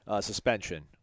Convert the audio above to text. suspension